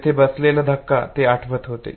तेथे बसलेला धक्का ते आठवत होते